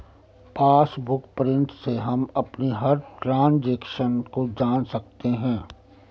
passbook print से हम अपनी हर ट्रांजेक्शन को जान सकते है